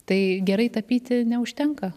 tai gerai tapyti neužtenka